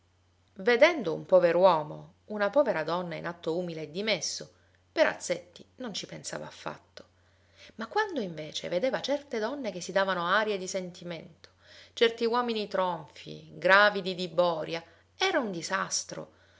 vedendo un pover'uomo una povera donna in atto umile e dimesso perazzetti non ci pensava affatto ma quando invece vedeva certe donne che si davano arie di sentimento certi uomini tronfii gravidi di boria era un disastro